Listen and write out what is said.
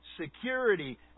security